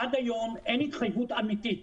עד היום אין התחייבות אמיתית